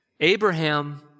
Abraham